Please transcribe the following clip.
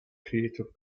creative